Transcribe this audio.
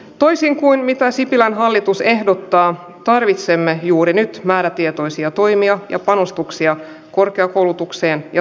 toisin kuin mitä sipilän hallitus ehdottaa tarvitsemme juuri nyt määrätietoisia toimia ja panostuksia korkeakoulutukseen ja